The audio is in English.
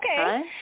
okay